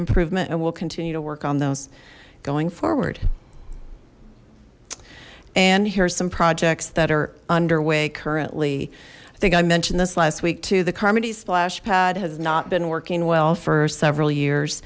improvement and we'll continue to work on those going forward and here's some projects that are underway currently i think i mentioned this last week to the carmody splashpad has not been working well for several years